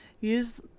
use